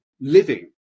living